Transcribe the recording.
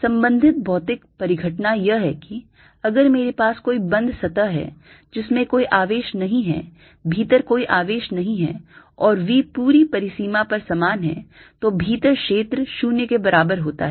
संबंधित भौतिक परिघटना यह है कि अगर मेरे पास कोई बंद सतह है जिसमें कोई आवेश नहीं है भीतर कोई आवेश नहीं है और V पूरी परिसीमा पर समान है तो भीतर क्षेत्र 0 के बराबर होता है